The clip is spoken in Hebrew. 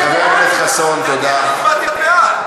אני מניח שתשימי את הכסף מאחורי ותניפי אותו.